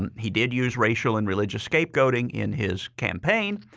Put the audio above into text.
and he did use racial and religious scapegoating in his campaign.